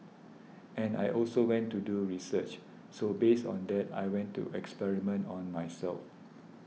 and I also went to do research so based on that I went to experiment on myself